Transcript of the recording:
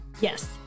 Yes